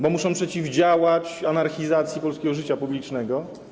bo muszą przeciwdziałać anarchizacji polskiego życia publicznego.